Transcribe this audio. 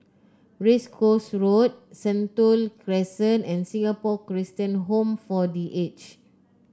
Race Course Road Sentul Crescent and Singapore Christian Home for The Aged